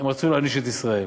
הם רצו להעניש את ישראל.